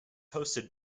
hosted